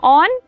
on